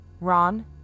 Ron